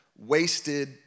Wasted